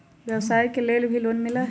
व्यवसाय के लेल भी लोन मिलहई?